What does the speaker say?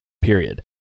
period